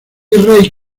rey